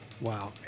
Wow